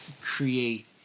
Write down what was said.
create